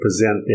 present